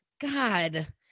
god